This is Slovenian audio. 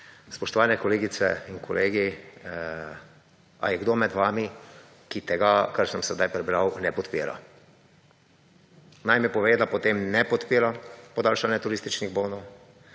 Spoštovane kolegice in kolegi, ali je kdo med vami, ki tega, kar sem sedaj prebral, ne podpira? Naj mi pove, da potem ne podpira podaljšanja turističnih bonov,